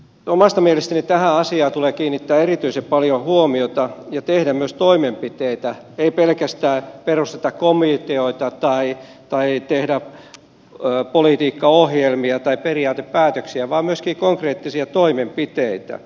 omasta mielestäni tähän asiaan tulee kiinnittää erityisen paljon huomiota ja tehdä myös toimenpiteitä ei pelkästään perusteta komiteoita tai tehdä politiikkaohjelmia tai periaatepäätöksiä vaan myöskin konkreettisia toimenpiteitä